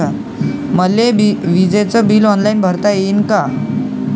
मले विजेच bill online भरता येईन का?